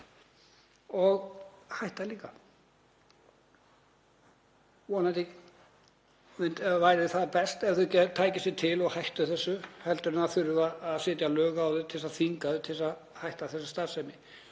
og hætta líka. Það væri best ef þau tækju sig til og hættu þessu heldur en að það þurfi að setja lög á þau til að þvinga þau til að hætta þessari starfsemi.